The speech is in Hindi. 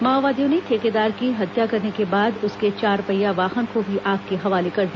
माओवादियों ने ठेकेदार की हत्या करने के बाद उसके चारपहिया वाहन को भी आग के हवाले कर दिया